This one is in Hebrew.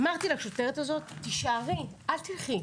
אמרתי לשוטרת הזאת: "תישארי, אל תלכי.